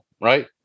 right